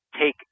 take